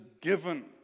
given